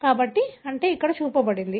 కాబట్టి అంటే ఇక్కడ చూపబడింది